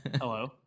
Hello